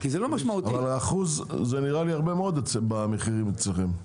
1% זה נראה לי הרבה מאוד במחירים אצלכם,